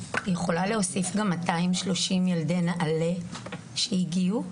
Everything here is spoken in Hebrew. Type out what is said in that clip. את יכולה להוסיף גם 230 ילדי נעל"ה שהגיעו.